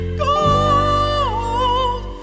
gold